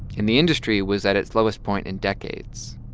and the industry was at its lowest point in decades.